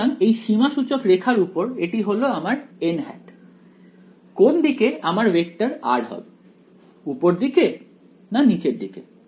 সুতরাং এই সীমা সূচক রেখার উপর এটি হলো আমার কোন দিকে আমার ভেক্টর r হবে উপর দিকে না নিচের দিকে